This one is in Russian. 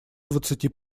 двадцати